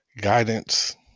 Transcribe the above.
guidance